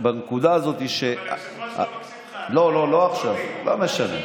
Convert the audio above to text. בנקודה הזאת, לא, לא, לא עכשיו, לא משנה.